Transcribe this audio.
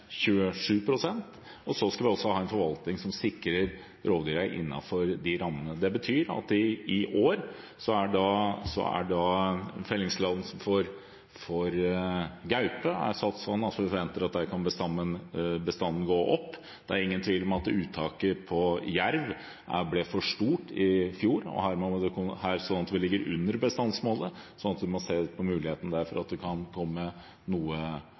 Så skal vi også ha en forvaltning som sikrer rovdyrene innenfor disse rammene. Det betyr at fellingstillatelsen for gaupe i år er satt sånn at vi forventer at bestanden kan gå opp. Det er ingen tvil om at uttaket av jerv ble for stort i fjor, så vi ligger under bestandsmålet og må se på muligheten for at bestanden kan komme noe opp. Her må virkemidlene vi har, fintunes hvert eneste år for